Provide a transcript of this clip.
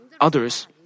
others